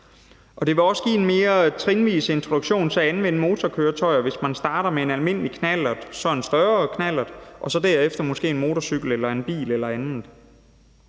Det vil også give en mere trinvis introduktion til at anvende motorkøretøjer, hvis man starter med en almindelig knallert, så en større knallert og så derefter måske en motorcykel, en bil eller andet.